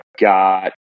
got